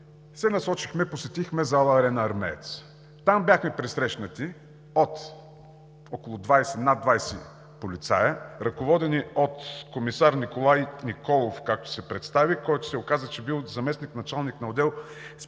се насочихме и посетихме зала „Арена Армеец“. Там бяхме пресрещнати от над 20 полицаи, ръководени от комисар Николай Николов, както се представи, който се оказа, че бил заместник-началник на отдел